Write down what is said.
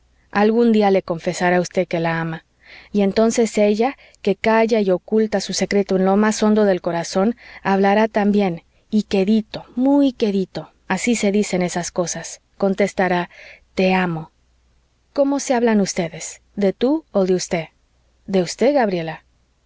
algún día le confesará usted que la ama y entonces ella que calla y oculta su secreto en lo más hondo del corazón hablará también y quedito muy quedito así se dicen esas cosas contestará te amo cómo se hablan ustedes de tú o de usted de usted gabriela